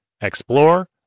Explore